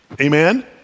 Amen